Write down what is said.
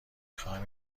خواهم